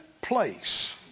place